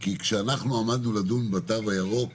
כי כשאנחנו עמדנו לדון בתו הירוק